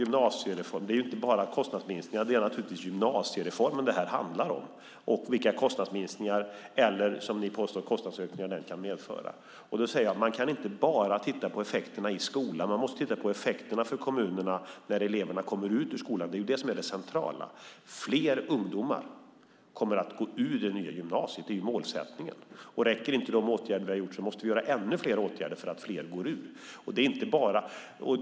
Det är inte bara kostnadsminskningarna; det är naturligtvis gymnasiereformen detta handlar om och vilka kostnadsminskningar - eller, som ni påstår, kostnadsökningar - den kan medföra. Då säger jag: Man kan inte bara titta på effekterna i skolan; man måste titta på effekterna för kommunerna när eleverna kommer ut ur skolan. Det är det som är det centrala. Fler ungdomar kommer att gå ut det nya gymnasiet. Det är målsättningen. Och räcker inte de åtgärder vi har vidtagit måste vi vidta ännu fler åtgärder för att fler ska gå ut.